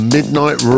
Midnight